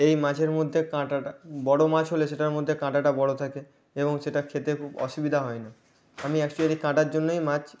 এই মাছের মধ্যে কাঁটাটা বড়ো মাছ হলে সেটার মধ্যে কাঁটাটা বড়ো থাকে এবং সেটা খেতে খুব অসুবিদা হয় না আমি একচুয়ালি কাঁটার জন্যই মাছ